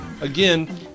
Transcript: again